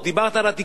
חבר הכנסת כץ,